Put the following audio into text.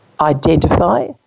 identify